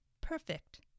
perfect